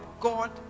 God